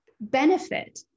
benefit